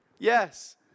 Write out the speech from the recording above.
Yes